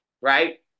right